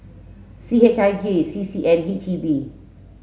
C H I J C C and H E B